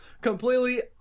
completely